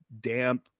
damp